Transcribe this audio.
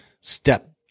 step